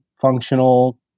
functional